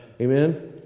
Amen